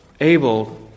able